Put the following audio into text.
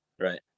right